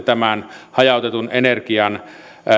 tämän hajautetun energian